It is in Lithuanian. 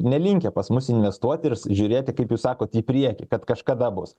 nelinkę pas mus investuoti ir žiūrėti kaip jūs sakot į priekį kad kažkada bus